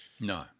No